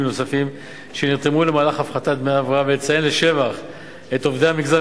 נוספים שנרתמו למהלך הפחתת דמי ההבראה ולציין לשבח את עובדי המגזר